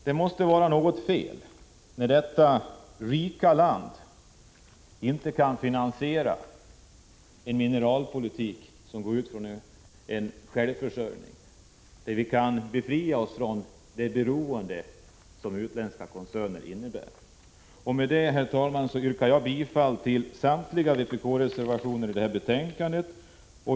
Det måste vara något fel när detta rika land inte kan finansiera en mineralpolitik som går ut på en självförsörjning där vi kan befria oss från det beroende som utländska koncerner innebär. Med detta, herr talman, yrkar jag bifall till samtliga vpk-reservationer i detta betänkande.